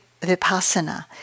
vipassana